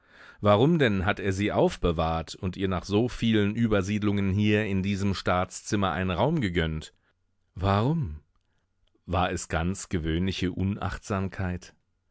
warum denn hat er sie aufbewahrt und ihr nach so vielen übersiedlungen hier in diesem staatszimmer einen raum gegönnt warum war es ganz gewöhnliche unachtsamkeit